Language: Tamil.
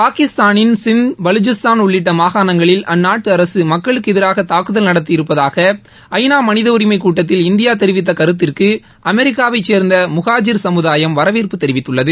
பாகிஸ்தானின் சிந்து பலுச்சிஸ்தான் உள்ளிட்ட மாகாணங்களில் அந்நாட்டு அரசு மக்களுக்கு எதிராக தாக்குதல் நடத்தியிருப்பதாக ஐநா மனித உரிமை கூட்டத்தில் இந்தியா தெரிவித்த கருத்திற்கு அமெரிக்காவைச் சேர்ந்த முகாஜிர் சமுதாயம் வரவேற்பு தெரிவித்துள்ளது